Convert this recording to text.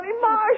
Marsh